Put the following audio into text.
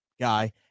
guy